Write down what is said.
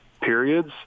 periods